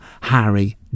Harry